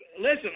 Listen